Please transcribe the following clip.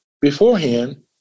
beforehand